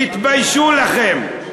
תתביישו לכם.